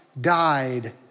died